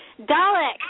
Dalek